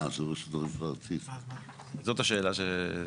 זאת השאלה.